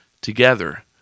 together